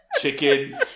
Chicken